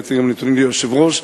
הבאתי גם נתונים ליושב-ראש,